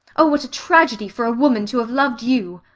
oh, what a tragedy for a woman to have loved you!